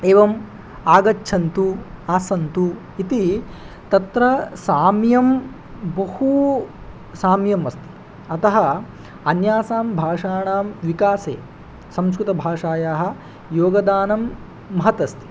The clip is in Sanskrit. एवम् आगच्छन्तु आसन्तु इति तत्र साम्यं बहु साम्यम् अस्ति अतः अन्यासां भाषाणां विकासे संस्कृतभाषायाः योगदानं महत् अस्ति